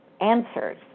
answers